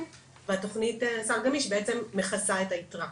והתכונית "סל גמיש" בעצם מכסה את הייתרה.